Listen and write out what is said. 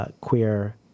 queer